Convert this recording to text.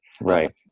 right